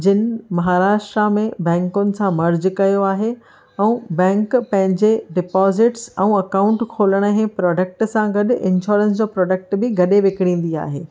jean Maharashtra में बैंकुनि सां मर्ज़ कयो आहे ऐं बैंक पेंजे डिपॉजिटस ऐं अकाउंट खोलण जी प्रोडक्ट सां गॾु इंश्योरेंस जो प्रोडक्ट बि गॾे विकिरींदी आहे